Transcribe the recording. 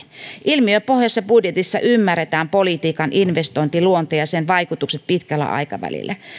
ilmiöpohjaisessa budjetissa ymmärretään politiikan investointiluonne ja sen vaikutukset pitkällä aikavälillä